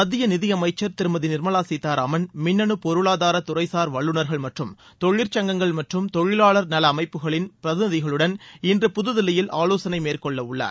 மத்திய நிதியமைச்சர் திருமதி நிர்மலா சீதாராமன் மின்னணு பொருளாதார துறைசார் வல்லுநர்கள் மற்றும் தொழில்சங்கங்கள் மற்றும் தொழிலாளர் நல அமைப்புகளின் பிரதிநிதிகளுடன் இன்று புதுதில்லியில் ஆலோசனை மேற்கொள்ளவுள்ளார்